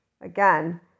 again